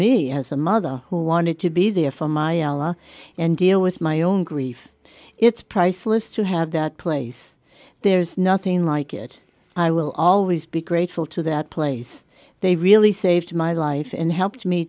me as a mother who wanted to be there for my ela and deal with my own grief it's priceless to have that place there's nothing like it i will always be grateful to that place they really saved my life and helped me